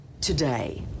today